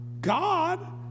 God